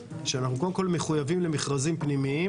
שאנחנו קודם כל מחויבים למכרזים פנימיים